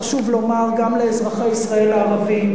חשוב לומר גם לאזרחי ישראל הערבים,